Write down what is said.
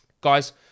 Guys